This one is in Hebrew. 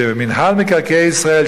שמינהל מקרקעי ישראל,